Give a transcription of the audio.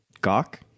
Gawk